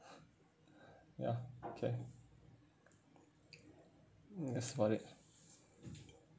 ya okay that's about it